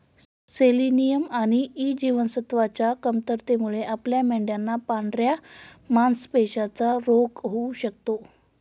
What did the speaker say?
selenium आणि E जीवनसत्वच्या कमतरतेमुळे आपल्या मेंढयांना पांढऱ्या मासपेशींचा रोग होऊ शकतो